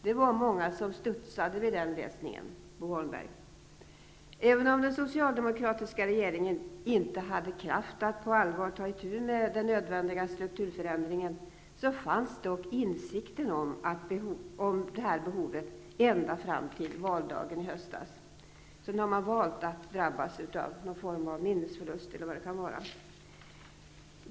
Det var många som studsade vid den läsningen, Bo Även om den socialdemokratiska regeringen inte hade kraft att på allvar ta itu med den nödvändiga strukturförändringen, fanns dock insikten om det här behovet ända fram till valdagen i höstas. Sedan har Socialdemokraterna valt att drabbas av någon form av minnesförlust eller vad det kan vara.